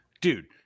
Dude